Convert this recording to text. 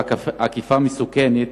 עקיפה מסוכנת,